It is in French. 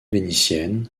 vénitienne